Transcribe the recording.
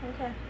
Okay